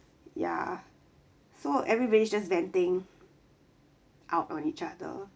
ya so everybody just venting out on each other